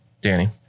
Danny